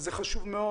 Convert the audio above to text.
ולכן זה חשוב מאוד.